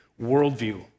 worldview